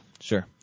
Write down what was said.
Sure